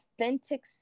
authentic